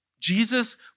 Jesus